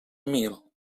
mil